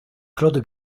claude